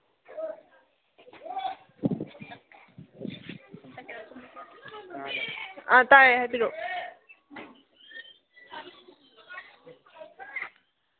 ꯑ ꯇꯥꯏꯌꯦ ꯍꯥꯏꯕꯤꯔꯛꯎ